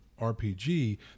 RPG